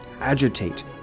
Agitate